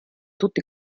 tutti